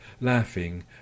laughing